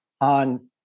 on